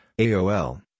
AOL